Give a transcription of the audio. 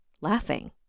laughing